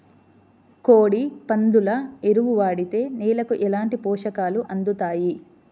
కోడి, పందుల ఎరువు వాడితే నేలకు ఎలాంటి పోషకాలు అందుతాయి